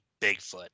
Bigfoot